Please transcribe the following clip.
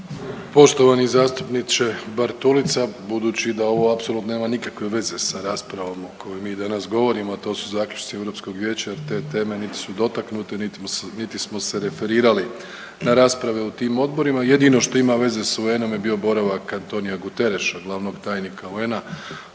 Poštovani zastupniče Bartulica budući da ovo apsolutno nema nikakve veze sa raspravom o kojoj mi danas govorimo, a to su zaključci Europskog vijeća jer te teme niti su dotaknute, niti smo se referirali na rasprave u tim odborima. Jedino što ima veze sa UN-om je bio boravak Antonija Gutereša glavnog tajnika UN-a